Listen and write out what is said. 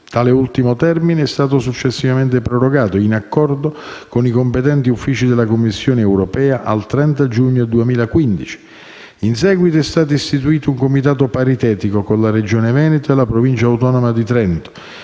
tale ultimo termine è stato successivamente prorogato, in accordo con i competenti uffici della Commissione europea, al 30 giugno 2015. In seguito è stato istituito un comitato paritetico con la Regione Veneto e la Provincia autonoma di Trento